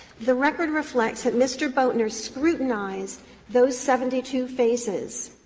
the record reflects that mr. boatner scrutinized those seventy two faces.